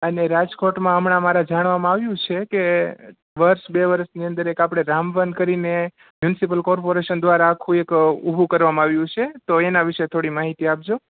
અને રાજકોટમાં હમણાં અમારે જાણવામાં આવ્યું સેકે વર્ષ બે વર્ષની અંદર એક આપળે રામવન કરીને મ્યુનસીપલ કોર્પોરેશન દ્વારા કોઈક ઊભું કરવામાં આવ્યું છે તો એના વિષે થોળિ માહિતી આપજો